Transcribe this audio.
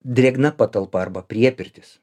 drėgna patalpa arba priepirtis